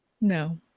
No